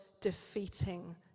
defeating